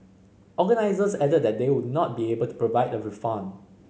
organisers added that they would not be able to provide a refund